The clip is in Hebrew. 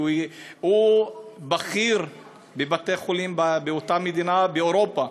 והוא בכיר בבתי-חולים באותה מדינה באירופה,